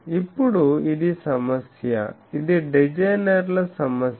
ఇప్పుడు ఇది సమస్య ఇది డిజైనర్ల సమస్య